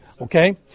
Okay